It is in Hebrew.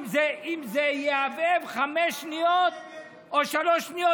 אם זה יהבהב חמש שניות או שלוש שניות?